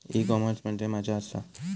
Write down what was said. E commerce म्हणजे मझ्या आसा?